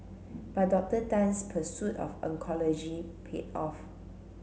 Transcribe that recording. but Dr Tan's pursuit of oncology paid off